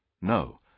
No